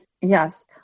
Yes